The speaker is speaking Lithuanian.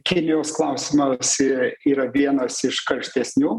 kinijos klausimas yra vienas iš karštesnių